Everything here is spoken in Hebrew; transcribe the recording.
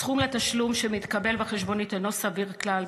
הסכום לתשלום שמתקבל בחשבונית אינו סביר כלל,